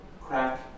crack